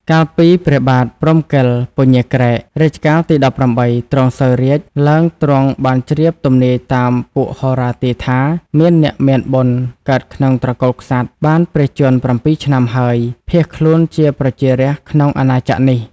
កាលពីព្រះបាទព្រហ្មកិល (ពញាក្រែក) រជ្ជកាលទី១៨ ទ្រង់សោយរាជ្យឡើងទ្រង់បានជ្រាបទំនាយតាម ពួកហោរាទាយថា "មានអ្នកមានបុណ្យកើតក្នុងត្រកូលក្សត្រ បានព្រះជន្ម៧ឆ្នាំហើយ ភាសន៍ខ្លួនជាប្រជារាស្រ្តក្នុង អាណាចក្រនេះ ។